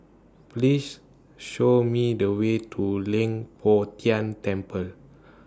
Please Show Me The Way to Leng Poh Tian Temple